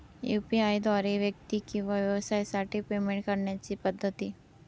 UPI द्वारे व्यक्ती किंवा व्यवसायांसाठी पेमेंट करण्याच्या पद्धती